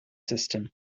system